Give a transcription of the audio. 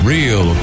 Real